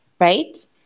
right